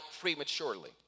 prematurely